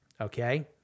Okay